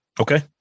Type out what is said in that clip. Okay